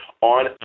On